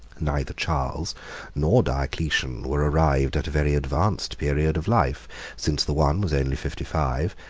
neither charles nor diocletian were arrived at a very advanced period of life since the one was only fifty-five,